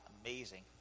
amazing